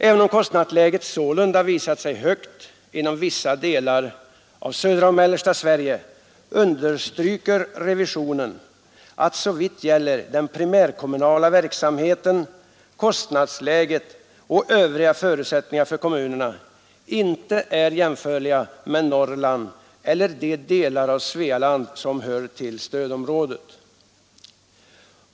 Även om kostnadsläget sålunda visat sig högt inom vissa delar av södra och mellersta Sverige, understryker revisionen att såvitt gäller den primärkommunala verksamheten kostnadsläget och övriga förutsättningar för kommunerna inte är jämförliga med Norrland och de delar av Svealand som hör till stödområdet.